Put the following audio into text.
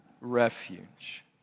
refuge